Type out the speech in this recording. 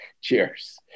Cheers